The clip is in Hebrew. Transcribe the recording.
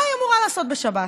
מה היא אמורה לעשות בשבת?